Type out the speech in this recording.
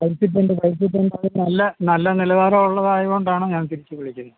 കഴിച്ചിട്ടുണ്ട് കഴിച്ചിട്ടുണ്ട് നല്ല നിലവാരമുള്ളതായൊണ്ടാണ് ഞാൻ തിരിച്ച് വിളിക്കുന്നത്